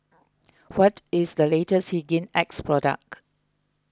what is the latest Hygin X Product